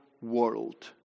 world